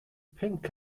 pinc